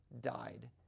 died